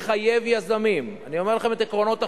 ויחייב יזמים, אני אומר לכם את עקרונות החוק,